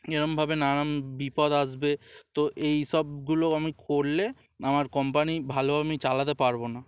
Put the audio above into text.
এরকমভাবে নানান বিপদ আসবে তো এই সবগুলো আমি করলে আমার কোম্পানি ভালোভাবে আমি চালাতে পারব না